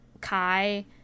Kai